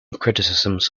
criticisms